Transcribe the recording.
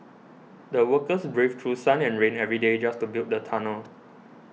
the workers braved through sun and rain every day just to build the tunnel